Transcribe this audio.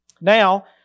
Now